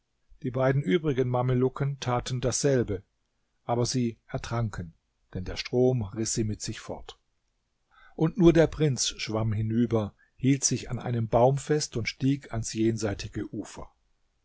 die beiden übrigen mamelucken taten dasselbe aber sie ertranken denn der strom riß sie mit sich fort und nur der prinz schwamm hinüber hielt sich an einem baum fest und stieg ans jenseitige ufer